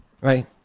Right